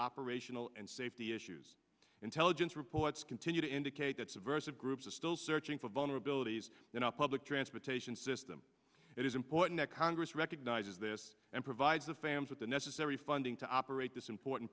operational and safety issues intelligence reports continue to indicate that subversive groups are still searching for vulnerabilities in the public transportation system it is important that congress recognizes this and provides fams with the necessary funding to operate this important